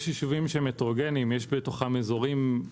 יש יישובים הטרוגניים ויש בתוכם אזורים שונים.